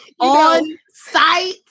On-site